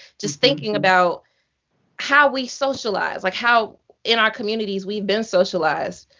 just thinking about how we socialize. like how in our communities, we've been socialized.